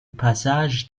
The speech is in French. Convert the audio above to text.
passage